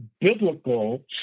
biblical